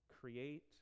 create